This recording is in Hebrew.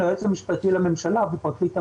ליועץ המשפטי לממשלה ולפרקליט המדינה,